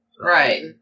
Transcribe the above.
Right